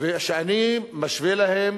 שאני משווה להם